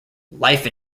life